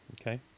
Okay